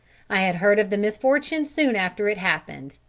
i had heard of the misfortune soon after it happened,